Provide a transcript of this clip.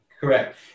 Correct